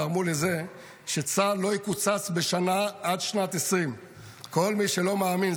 גרמו לזה שצה"ל לא יקוצץ בשנה עד שנת 2020. כל מי שלא מאמין,